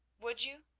would you?